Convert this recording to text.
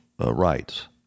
rights